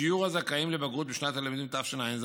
שיעור הזכאים לבגרות בשנת הלימודים תשע"ז